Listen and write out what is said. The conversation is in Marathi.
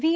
व्ही